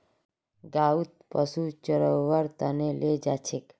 गाँउत पशुक चरव्वार त न ले जा छेक